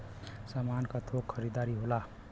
सामान क थोक खरीदी होला